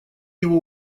его